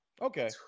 Okay